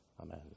Amen